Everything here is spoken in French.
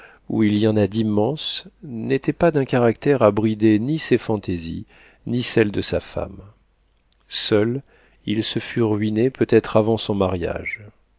où il y en a d'immenses n'était pas d'un caractère à brider ni ses fantaisies ni celles de sa femme seul il se fût ruiné peut-être avant son mariage